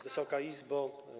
Wysoka Izbo!